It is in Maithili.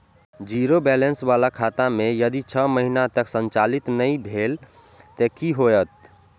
जीरो बैलेंस बाला खाता में यदि छः महीना तक संचालित नहीं भेल ते कि होयत?